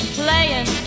playing